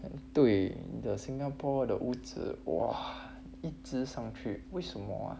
对 the singapore 的屋子 !wah! 一直上去为什么 ah